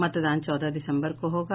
मतदान चौदह दिसम्बर को होगा